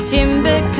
Timber